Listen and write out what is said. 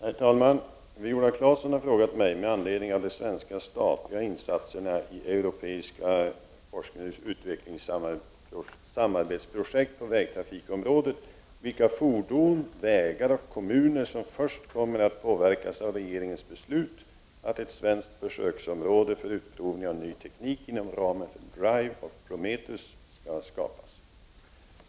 Herr talman! Viola Claesson har frågat mig — med anledning av de svenska statliga insatserna i europeiska FoU-samarbetsprojekt på vägtrafikområdet — vilka fordon, vägar och kommuner som först kommer att påverkas av regeringens beslut att ett svenskt försöksområde för utprovning av ny teknik inom ramen för DRIVE och Prometheus skall skapa.